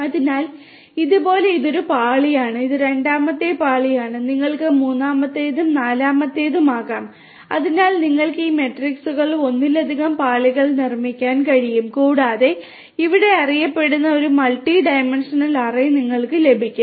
അതിനാൽ ഇത് പോലെ ഇത് ഒരു പാളിയാണ് ഇത് രണ്ടാമത്തെ പാളിയാണ് നിങ്ങൾക്ക് മൂന്നാമത്തേതും നാലാമത്തേതും ആകാം അതിനാൽ നിങ്ങൾക്ക് ഈ മെട്രിക്സുകളുടെ ഒന്നിലധികം പാളികൾ നിർമ്മിക്കാൻ കഴിയും കൂടാതെ ഇവിടെ അറിയപ്പെടുന്ന ഒരു മൾട്ടി ഡൈമൻഷണൽ അറേ നിങ്ങൾക്ക് ലഭിക്കും